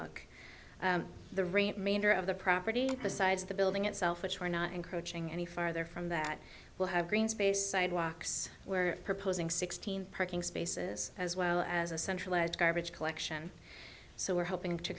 of the property besides the building itself which we're not encroaching any farther from that we'll have green space sidewalks were proposing sixteen parking spaces as well as a centralized garbage collection so we're helping to